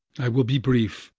i will be brief,